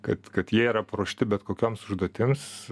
kad kad jie yra paruošti bet kokioms užduotims